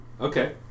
Okay